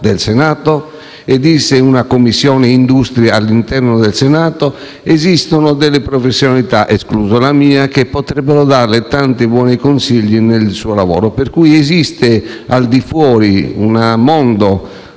lavoro e una Commissione industria all'interno del Senato ed esistono anche delle professionalità (esclusa la mia) che potrebbero darle tanti buoni consigli nel suo lavoro. Per cui esiste al di fuori un mondo,